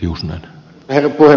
aivan lyhyesti